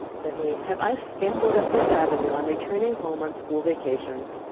said he, have i scampered up this avenue, on returning home on school vacations!